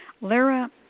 Lara